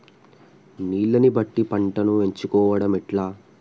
నీళ్లని బట్టి పంటను ఎంచుకోవడం ఎట్లా?